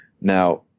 now